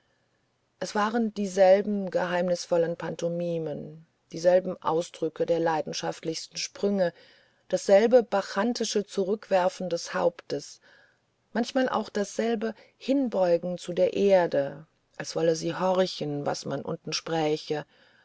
es waren dieselben geheimnisvollen pantomimen dieselben ausbrüche der leidenschaftlichsten sprünge dasselbe bacchantische zurückwerfen des hauptes manchmal auch dasselbe hinbeugen nach der erde als wolle sie horchen was man unten spräche